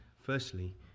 Firstly